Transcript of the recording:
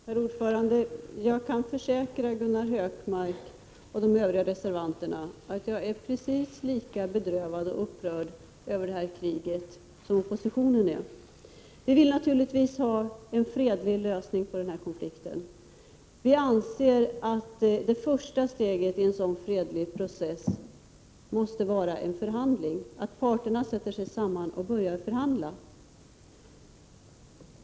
Herr talman! Jag kan försäkra Gunnar Hökmark och de övriga reservanterna att jag är lika bedrövad och upprörd över detta krig som oppositionen är. Vi vill naturligtvis ha en fredlig lösning på konflikten. Vi anser att det första steget i en sådan fredlig process måste vara att parterna sätter sig tillsammans och börjar förhandla.